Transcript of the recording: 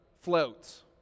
floats